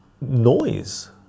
noise